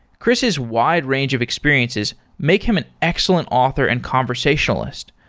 chris's wide range of experiences make him an excellent author and conversationalist.